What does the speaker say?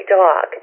dog